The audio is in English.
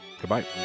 goodbye